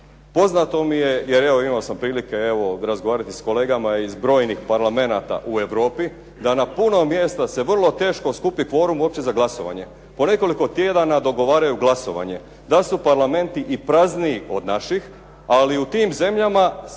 Poznato mi je, jer evo imao sam prilike evo razgovarati sa kolegama iz brojnih parlamenata u Europi da na puno mjesta se vrlo teško skupi kvorum uopće za glasovanje. Po nekoliko tjedana dogovaraju glasovanje. Da su parlamenti i prazniji od naših, ali u tim zemljama ljudi